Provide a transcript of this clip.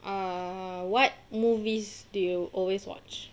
err what movies do you always watch